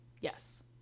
Yes